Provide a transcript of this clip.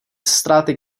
ztráty